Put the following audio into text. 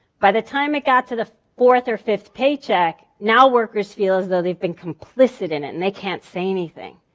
by the time it got to the fourth or fifth paycheck, now workers feel as though they've been complicit in it and they can't say anything.